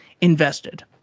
invested